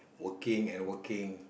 working and working